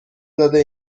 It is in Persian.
داده